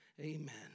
amen